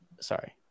sorry